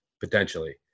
potentially